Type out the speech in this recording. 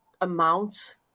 amount